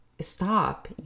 stop